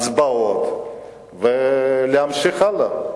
הצבעות ולהמשיך הלאה.